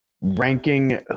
ranking